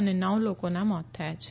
અને નવ લોકોના મોત થયા છે